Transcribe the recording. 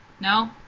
No